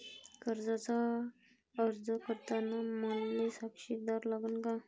कर्जाचा अर्ज करताना मले साक्षीदार लागन का?